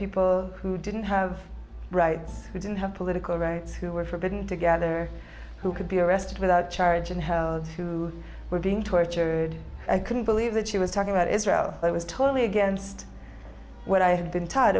people who didn't have rights who didn't have political rights who were forbidden to gather who could be arrested without charge and have who were being tortured i couldn't believe that she was talking about is out i was totally against what i had been taught